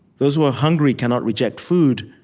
those who are hungry cannot reject food.